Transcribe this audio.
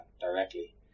directly